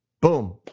Boom